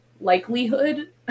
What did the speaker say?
likelihood